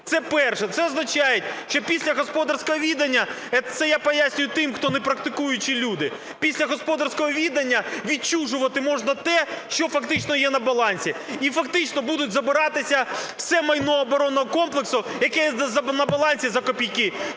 Це перше. Це означає, що після господарського відання… Це я пояснюю тим, хто не практикуючі люди. Після господарського відання відчужувати можна те, що фактично є на балансі. І фактично буде забиратися все майно оборонного комплексу, яке на балансі, за копійки.